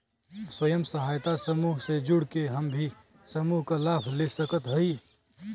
स्वयं सहायता समूह से जुड़ के हम भी समूह क लाभ ले सकत हई?